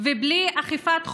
ובלי אכיפת החוק,